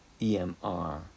EMR